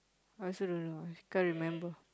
I also don't know can't remember